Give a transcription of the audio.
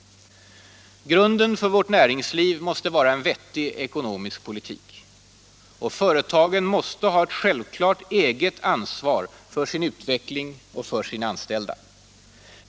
Grunden för vårt näringsliv måste vara en vettig ekonomisk politik. Och företagen måste ha ett självklart eget ansvar för sin utveckling och för sina anställda.